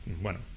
Bueno